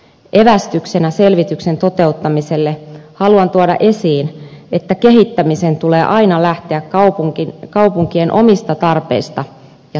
evästyksenä selvityksen toteuttamiselle haluan tuoda esiin että kehittämisen tulee aina lähteä kaupunkien omista tarpeista ja toiveista